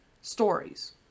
Stories